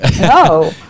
no